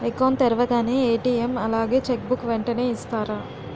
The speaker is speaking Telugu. అకౌంట్ తెరవగానే ఏ.టీ.ఎం అలాగే చెక్ బుక్ వెంటనే ఇస్తారా?